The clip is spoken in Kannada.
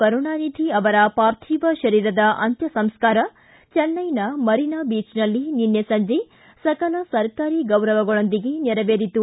ಕರುಣಾನಿಧಿ ಅವರ ಪಾರ್ಥೀವ ಶರೀರದ ಅಂತ್ತಸಂಸ್ಕಾರ ಚೆನ್ನೈನ ಮರೀನಾ ಬೀಚ್ನಲ್ಲಿ ನಿನ್ನೆ ಸಂಜೆ ಸಕಲ ಸರ್ಕಾರಿ ಗೌರವಗಳೊಂದಿಗೆ ನೆರವೇರಿತು